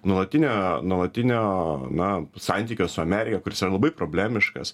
nuolatinio nuolatinio na santykio su amerika kuris yra labai problemiškas